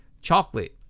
Chocolate